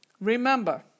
Remember